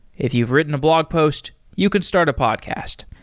if you've written a blog post, you can start a podcast.